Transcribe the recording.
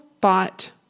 bought